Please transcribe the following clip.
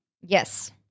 yes